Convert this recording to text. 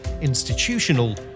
institutional